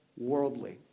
worldly